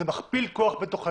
זה מכפיל כוח בתוך היישוב,